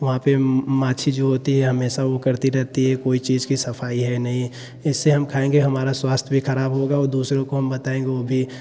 वहाँ पर माछी जो होती है हमेशा वह करती रहती है कोई चीज़ की सफ़ाई है नहीं इसे हम खाएँगे हमारा स्वास्थ्य भी ख़राब होगा और दूसरे को हम बताएँगे वह भी